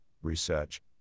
research